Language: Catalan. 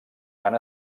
han